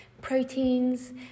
proteins